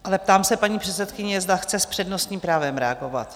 Ale ptám se paní předsedkyně, zda chce s přednostním právem reagovat?